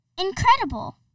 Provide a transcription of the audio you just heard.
Incredible